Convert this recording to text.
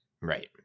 Right